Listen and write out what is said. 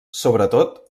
sobretot